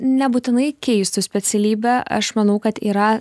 nebūtinai keistų specialybę aš manau kad yra